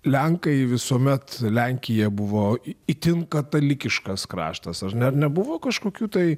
lenkai visuomet lenkija buvo itin katalikiškas kraštas ar ne ar nebuvo kažkokių tai